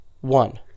One